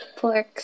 Porks